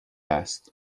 است